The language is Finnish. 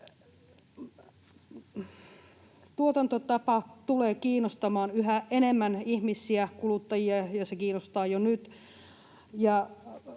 Tuotantotapa tulee kiinnostamaan yhä enemmän ihmisiä, kuluttajia, ja se kiinnostaa jo nyt,